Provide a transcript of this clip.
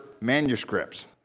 manuscripts